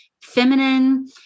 feminine